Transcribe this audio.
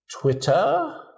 Twitter